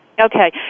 Okay